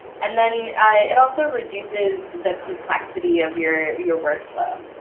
and then it also reduces the complexity of your your workflow.